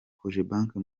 kojebanke